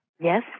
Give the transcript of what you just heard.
Yes